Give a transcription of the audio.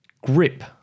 grip